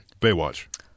Baywatch